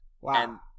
Wow